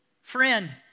friend